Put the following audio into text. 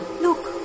Look